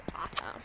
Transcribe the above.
awesome